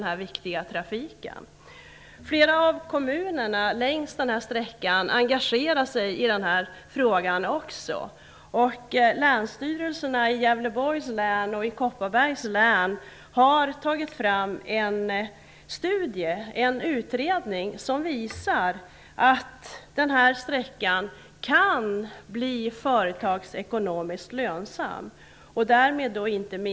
Också flera av kommunerna längs den här sträckan engagerar sig i frågan. Länsstyrelserna i Gävlveborgs län och i Kopparbergs län har tagit fram en studie, en utredning, som visar att den här sträckan kan bli företagsekonomiskt lönsam.